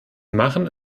machen